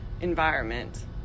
environment